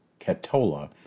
Catola